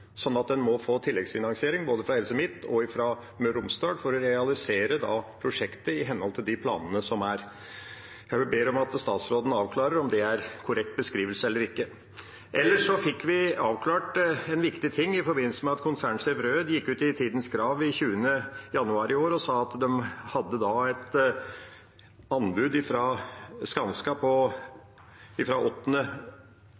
sånn at en må få tilleggsfinansiering fra både Helse Midt-Norge og Helse Møre og Romsdal for å realisere prosjektet i henhold til planene. Jeg ber om at statsråden avklarer om det er en korrekt beskrivelse eller ikke. Ellers fikk vi avklart noe viktig i forbindelse med at konsernsjef i Skanska, Ståle Rød, gikk ut i Tidens Krav den 20. januar i år og sa at Skanska ga et anbud den 8. desember på